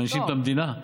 מענישים את המדינה?